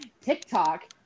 TikTok